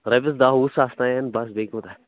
رۄپٮ۪س دَہ وُہ ساس تانٮ۪تھ بس بیٚیہِ کوٗتاہ